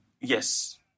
yes